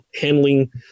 handling